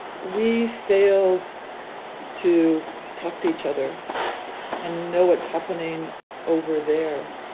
we fail to talk to each other and know what's happening over there.